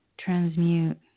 transmute